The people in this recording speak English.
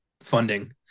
funding